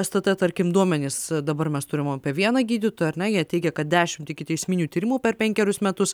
stt tarkim duomenys dabar mes turim apie vieną gydytoją ar ne jie teigia kad dešimt ikiteisminių tyrimų per penkerius metus